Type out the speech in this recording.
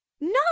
No